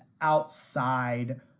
outside